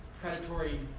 predatory